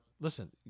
listen